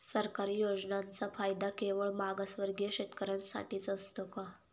सरकारी योजनांचा फायदा केवळ मागासवर्गीय शेतकऱ्यांसाठीच असतो का?